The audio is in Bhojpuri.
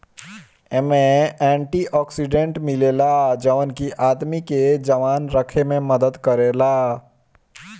एमे एंटी ओक्सीडेंट मिलेला जवन की आदमी के जवान रखे में मदद करेला